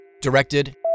directed